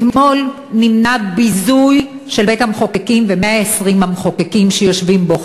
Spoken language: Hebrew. אתמול נמנע ביזוי של בית-המחוקקים ו-120 המחוקקים שיושבים בו,